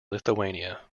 lithuania